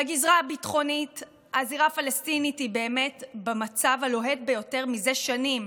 בגזרה הביטחונית הזירה הפלסטינית היא באמת במצב הלוהט ביותר מזה שנים.